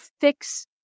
fix